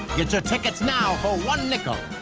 get your tickets now for one nickel.